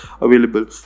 available